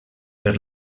per